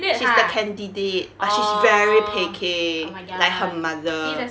she's the candidate but she's very picky like her mother